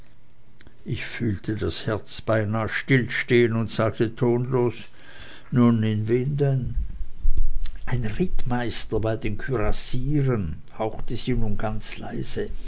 ich fühlte das herz beinah stillstehen und sagte tonlos nun in wen denn ein rittmeister bei den kürassieren hauchte sie nun ganz leise